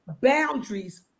boundaries